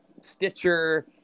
Stitcher